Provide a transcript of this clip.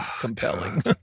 compelling